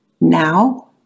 Now